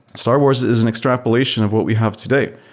star wars is an extrapolation of what we have today.